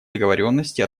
договоренности